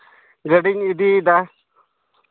ᱜᱟᱹᱰᱤᱧ ᱤᱫᱤᱭᱮᱫᱟ